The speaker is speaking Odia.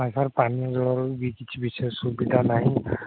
ଆଉ ସାର୍ ପାନୀୟ ଜଳର ବି କିଛି ବିଶେଷ ସୁବିଧା ନାହିଁ